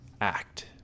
act